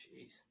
Jeez